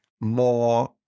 more